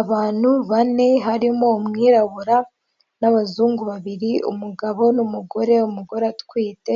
Abantu bane, harimo umwirabura n'abazungu babiri umugabo n'umugore w'umugore utwite